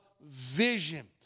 vision